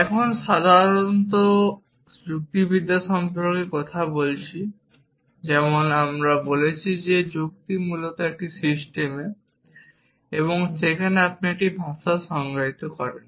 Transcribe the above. এখন সাধারণত যুক্তিবিদ্যা সম্পর্কে কথা বলছি যেমন আমরা বলেছি যে যুক্তি মূলত একটি সিস্টেম যেখানে আপনি একটি ভাষা সংজ্ঞায়িত করেন